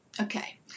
Okay